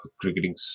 cricketing